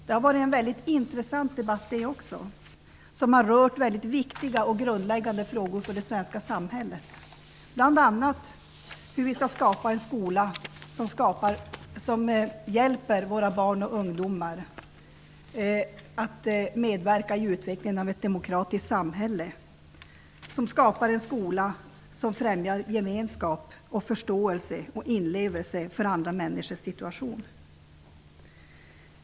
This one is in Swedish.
Det har varit en intressant debatt det också, som har rört väldigt viktiga och grundläggande frågor för det svenska samhället, bl.a. hur vi skall skapa en skola som hjälper våra barn och ungdomar att medverka i utvecklingen av ett demokratiskt samhälle, en skola som främjar gemenskap, förståelse för och inlevelse i andra människors situation.